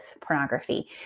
pornography